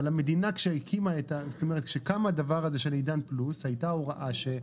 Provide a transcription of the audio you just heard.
אבל כאשר קם עידן פלוס, הייתה הוראה.